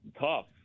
tough